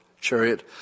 chariot